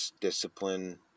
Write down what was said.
discipline